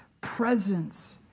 presence